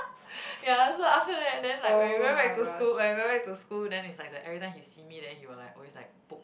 ya so after that then like when we went back to school when we went back to school then it's like the every time he see me then he will always like poke